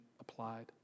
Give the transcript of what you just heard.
applied